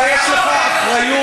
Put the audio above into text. יש לך אחריות.